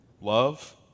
love